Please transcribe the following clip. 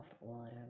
water